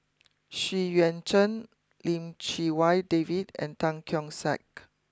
Xu Yuan Zhen Lim Chee Wai David and Tan Keong Saik